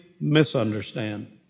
misunderstand